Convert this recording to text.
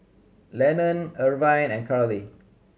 Lennon Irvin and Carley